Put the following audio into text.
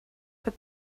but